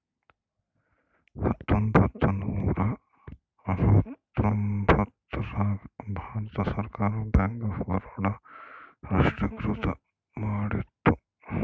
ಹತ್ತೊಂಬತ್ತ ನೂರ ಅರವತ್ತರ್ತೊಂಬತ್ತ್ ರಾಗ ಭಾರತ ಸರ್ಕಾರ ಬ್ಯಾಂಕ್ ಆಫ್ ಬರೋಡ ನ ರಾಷ್ಟ್ರೀಕೃತ ಮಾಡಿತು